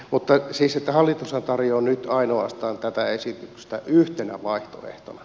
mutta siis hallitushan tarjoaa nyt ainoastaan tätä esitystä yhtenä vaihtoehtona